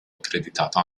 accreditato